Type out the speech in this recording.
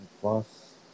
Plus